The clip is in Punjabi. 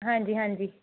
ਹਾਂਜੀ ਹਾਂਜੀ